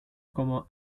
como